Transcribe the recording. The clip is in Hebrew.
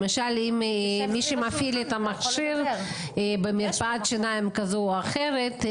למשל אם מישהו מפעיל את המכשיר במרפאת שיניים כזו או אחרת,